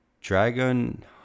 Dragon